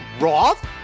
Roth